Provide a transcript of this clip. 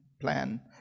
plan